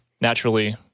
Naturally